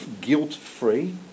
guilt-free